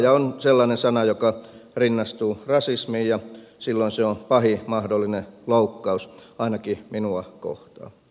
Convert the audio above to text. vihaaja on sellainen sana joka rinnastuu rasismiin ja silloin se on pahin mahdollinen loukkaus ainakin minua kohtaan